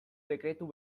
dekretu